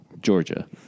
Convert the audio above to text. georgia